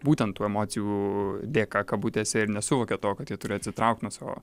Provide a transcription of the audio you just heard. būtent tų emocijų dėka kabutėse ir nesuvokia to kad jie turi atsitraukt nuo savo